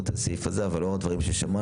הסעיף הזה לא רשום פה אבל לאור הדברים ששמענו,